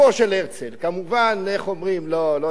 כמובן, איך אומרים, לא צריך להגזים.